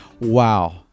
Wow